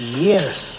years